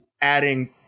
adding